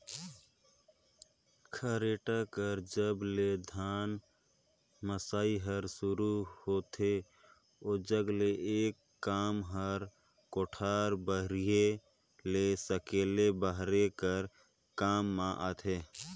खरेटा कर जब ले धान मसई हर सुरू होथे ओजग ले एकर काम हर कोठार बाहिरे ले सकेले बहारे कर काम मे आथे